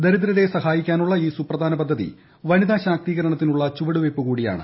ദരിദ്രരെ സഹായിക്കാനുള്ള ഈ സുപ്രധാന പദ്ധതി വനിതാ ശാക്തീകരണത്തിനുള്ള ചുവടുവയ്പ്പ് കൂടിയാണ്